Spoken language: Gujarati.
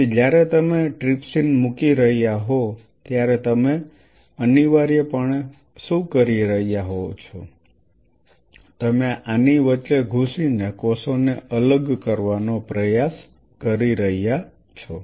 તેથી જ્યારે તમે ટ્રિપ્સિન મૂકી રહ્યા હોવ ત્યારે તમે અનિવાર્યપણે શું કરી રહ્યા છો તમે આની વચ્ચે ઘૂસીને કોષોને અલગ કરવાનો પ્રયાસ કરી રહ્યા છો